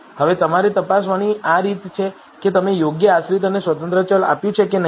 હવે તમારે તપાસવાની આ રીત છે કે તમે યોગ્ય આશ્રિત અને સ્વતંત્ર ચલ આપ્યું છે કે નહીં